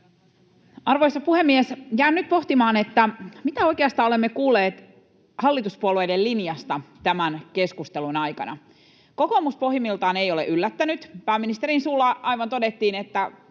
Arvoisa puhemies! Jään nyt pohtimaan, mitä oikeastaan olemme kuulleet hallituspuolueiden linjasta tämän keskustelun aikana. Kokoomus pohjimmiltaan ei ole yllättänyt. Pääministerin suulla aivan todettiin, että